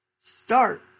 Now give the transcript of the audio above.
Start